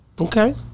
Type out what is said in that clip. Okay